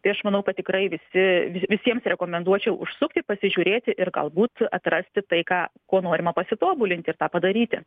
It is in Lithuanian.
tai aš manau kad tikrai visi visiems rekomenduočiau užsukti pasižiūrėti ir galbūt atrasti tai ką kuo norima pasitobulinti ir tą padaryti